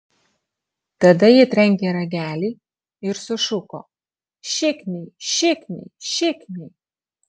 tada ji trenkė ragelį ir sušuko šikniai šikniai šikniai